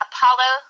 Apollo